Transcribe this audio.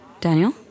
Daniel